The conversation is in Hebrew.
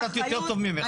קצת יותר טוב ממך.